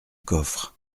coffre